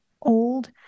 Old